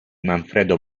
manfredo